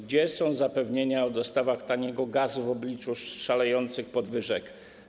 Gdzie są zapewnienia o dostawach taniego gazu w obliczu kolejnych podwyżek?